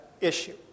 issue